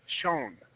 shown